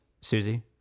Susie